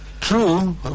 True